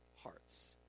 hearts